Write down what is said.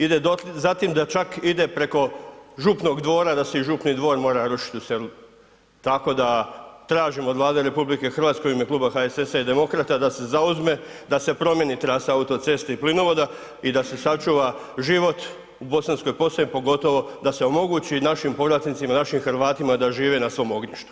Ide za tim da čak ide preko župnog dvora da se i župni dvor mora rušiti u selu, tako da tražim od Vlade RH u ime kluba HSS-a i Demokrata da se zauzme da se promijeni trasa autoceste i plinovoda i da se sačuva život u Bosanskoj Posavini pogotovo da se omogući našim povratnicima, našim Hrvatima da žive na svom ognjištu.